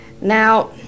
Now